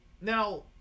Now